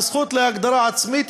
על הזכות להגדרה עצמית,